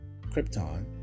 Krypton